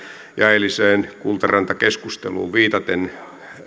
eiliseen kultaranta keskusteluun viitaten